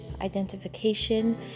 identification